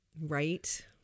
right